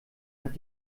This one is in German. hat